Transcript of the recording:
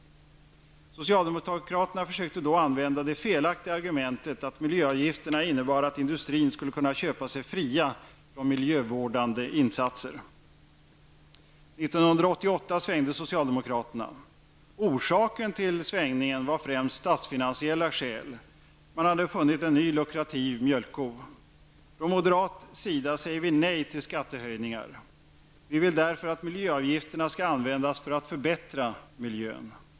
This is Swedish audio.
Socialdemokraterna försökte då använda det felaktiga argumentet att miljöavgifterna innebar att industrin skulle kunna köpa sig fria från miljövårdande insatser. 1988 svängde socialdemokraterna. Svängningen hade sin grund främst i statsfinansiella skäl; man hade funnit en ny luckrativ mjölkko. Från moderat sida säger vi nej till skattehöjningar. Vi vill därför att miljöavgifterna skall användas för att förbättra miljön.